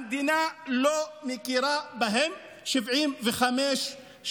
המדינה לא מכירה בהם 75 שנה.